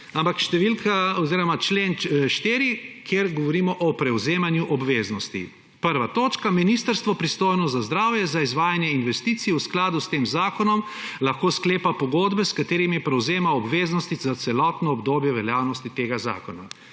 pokritja, ampak člen 4, kjer govorimo o prevzemanju obveznosti. Prva točka, ministrstvo, pristojno za zdravje, za izvajanje investicij v skladu s tem zakonom lahko sklepa pogodbe, s katerimi prevzema obveznosti za celotno obdobje veljavnosti tega zakona.